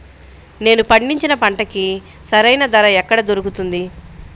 నేను పండించిన పంటకి సరైన ధర ఎక్కడ దొరుకుతుంది?